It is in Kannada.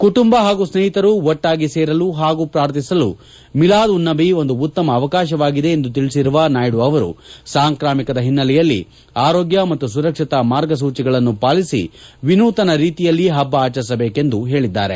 ಕುಟುಂಬ ಹಾಗೂ ಸ್ವೇಹಿತರು ಒಟ್ಟಾಗಿ ಸೇರಲು ಹಾಗೂ ಪ್ರಾರ್ಥಿಸಲು ಮಿಲಾದ್ ಉನ್ ನಬಿ ಒಂದು ಉತ್ತಮ ಅವಕಾಶವಾಗಿದೆ ಎಂದು ತಿಳಿಸಿರುವ ನಾಯ್ಗು ಅವರು ಸಾಂಕ್ರಾಮಿಕದ ಹಿನ್ನೆಲೆಯಲ್ಲಿ ಆರೋಗ್ಯ ಮತ್ತು ಸುರಕ್ಷತಾ ಮಾರ್ಗಸೂಚಿಗಳನ್ನು ಪಾಲಿಸಿ ವಿನೂತನ ರೀತಿಯಲ್ಲಿ ಹಬ್ಬ ಆಚರಿಸಬೇಕೆಂದು ಹೇಳಿದ್ದಾರೆ